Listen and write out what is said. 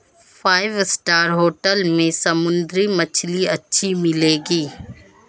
five star hotel में समुद्री मछली अच्छी मिलेंगी